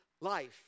life